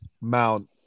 Mount